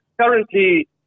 currently